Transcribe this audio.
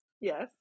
Yes